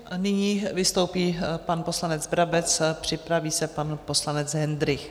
A nyní vystoupí pan poslanec Brabec, připraví se pan poslanec Hendrych.